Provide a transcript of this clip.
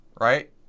right